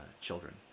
children